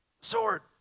sword